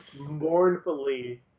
mournfully